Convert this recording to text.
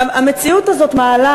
המציאות הזאת מעלה,